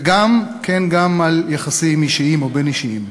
וגם, כן, גם על יחסים אישיים או בין-אישיים.